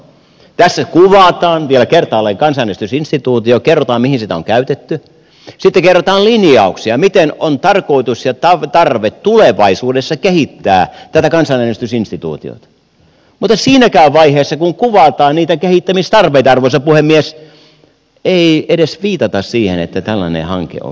tässä kuvataan vielä kertaalleen kansanäänestysinstituutio kerrotaan mihin sitä on käytetty sitten kerrotaan linjauksia miten on tarkoitus ja tarve tulevaisuudessa kehittää tätä kansanäänestysinstituutiota mutta siinäkään vaiheessa kun kuvataan niitä kehittämistarpeita arvoisa puhemies ei edes viitata siihen että tällainen hanke on vireillä